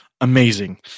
amazing